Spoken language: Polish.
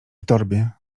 torbie